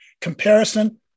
Comparison